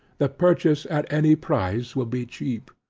the purchase at any price will be cheap.